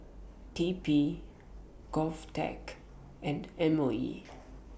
T P Govtech and M O E